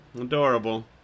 adorable